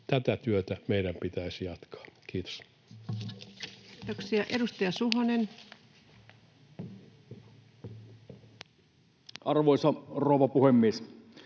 Tätä työtä meidän pitäisi jatkaa. — Kiitos. Kiitoksia. — Edustaja Suhonen. Arvoisa rouva puhemies!